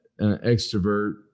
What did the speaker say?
extrovert